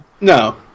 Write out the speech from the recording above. No